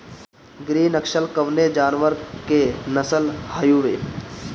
गिरी नश्ल कवने जानवर के नस्ल हयुवे?